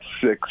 six